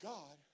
God